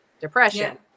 depression